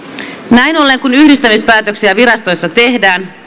toimiminen näin ollen kun yhdistämispäätöksiä virastoissa tehdään